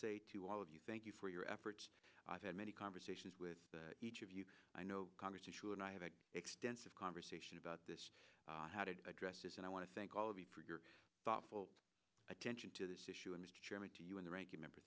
say to all of you thank you for your efforts i've had many conversations with each of you i know congress issue and i have an extensive conversation about this how to address this and i want to thank all of your thoughtful attention to this issue and mr chairman to you and the ranking member